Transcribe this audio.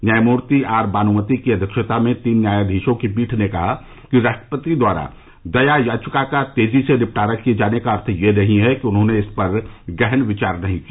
न्यायमूर्ति आर बानुमति की अध्यक्षता में तीन न्यायाधीशों की पीठ ने कहा कि राष्ट्रपति द्वारा दया याचिका का तेजी से निपटारा किये जाने का अर्थ यह नहीं है कि उन्होंने इस पर गहन विचार नहीं किया